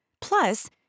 Plus